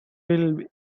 will